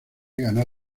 gana